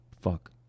Fuck